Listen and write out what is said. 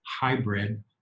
hybrid